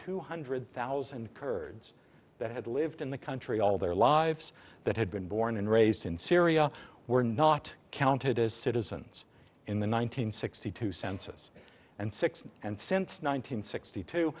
two hundred thousand kurds that had lived in the country all their lives that had been born and raised in syria were not counted as citizens in the one nine hundred sixty two census and six and since nine hundred sixty two